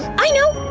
i know!